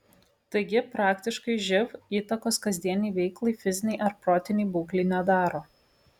taigi praktiškai živ įtakos kasdienei veiklai fizinei ar protinei būklei nedaro